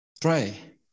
pray